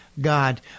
God